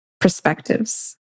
perspectives